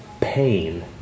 pain